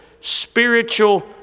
spiritual